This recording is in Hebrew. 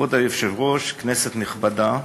כבוד היושב-ראש, כנסת נכבדה,